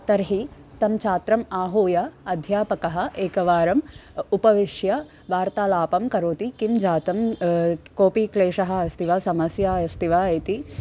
तर्हि तं छात्रम् आहूय अध्यापकः एकवारम् उपविश्य वार्तालापं करोति किं जातं कोपि क्लेशः अस्ति वा समस्या अस्ति वा इति